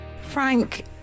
Frank